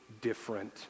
different